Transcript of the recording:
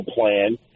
plan